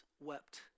wept